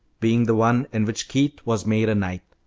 being the one in which keith was made a knight.